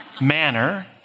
manner